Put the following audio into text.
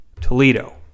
Toledo